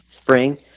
spring